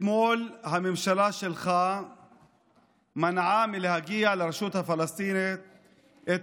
אתמול הממשלה שלך מנעה מהרשות הפלסטינית את